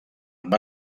amb